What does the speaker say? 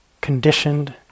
conditioned